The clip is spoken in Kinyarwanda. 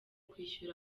kwishyura